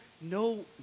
no